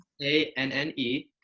A-N-N-E